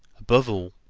above all,